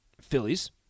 Phillies